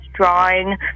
drawing